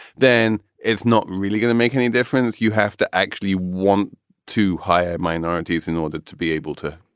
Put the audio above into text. then it's not really going to make any difference. you have to actually want to hire minorities in order to be able to.